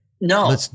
no